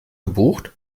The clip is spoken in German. gebucht